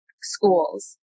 schools